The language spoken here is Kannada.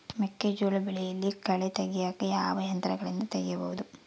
ಮೆಕ್ಕೆಜೋಳ ಬೆಳೆಯಲ್ಲಿ ಕಳೆ ತೆಗಿಯಾಕ ಯಾವ ಯಂತ್ರಗಳಿಂದ ತೆಗಿಬಹುದು?